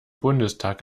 bundestag